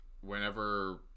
whenever